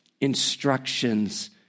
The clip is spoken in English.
instructions